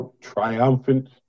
triumphant